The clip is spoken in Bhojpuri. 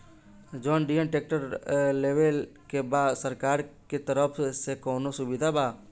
जॉन डियर ट्रैक्टर लेवे के बा सरकार के तरफ से कौनो सुविधा बा?